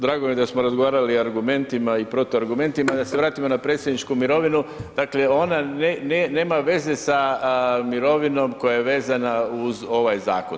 Drago mi je da smo razgovarali argumentima i protuargumentima da se vratimo na predsjedničku mirovinu, dakle ona nema veze sa mirovinom koja je vezana uz ovaj zakon.